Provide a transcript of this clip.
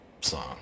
song